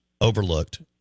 overlooked